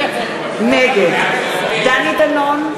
נגד דני דנון,